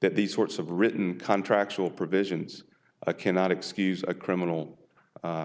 that these sorts of written contracts will provisions a cannot excuse a criminal